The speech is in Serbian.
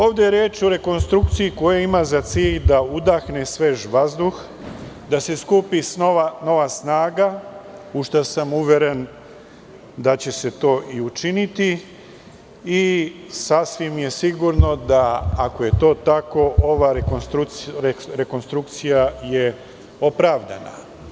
Ovde je reč o rekonstrukciji koja ima za cilj da udahne svež vazduh, da se skupi nova snaga u šta sam uveren da će se to i učiniti i sasvim je sigurno da ako je to tako, ova rekonstrukcija je opravdana.